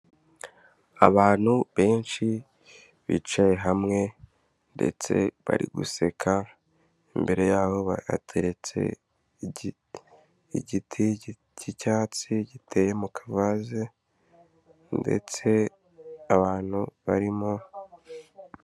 Abantu benshi bicaye hamwe ndetse bari guseka, imbere yabo hateretse igiti cy'icyatsi giteye mu kavaze ndetse abantu barimo.